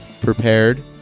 prepared